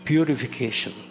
Purification